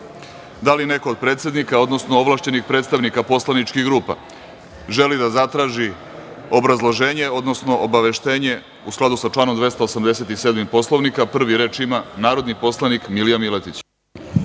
li neko od predsednika, odnosno ovlašćenih predstavnika poslaničkih grupa želi da zatraži obrazloženje, odnosno obaveštenje u skladu sa članom 287. Poslovnika? Prvi reč ima narodni poslanik Milija Miletić.